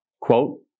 Quote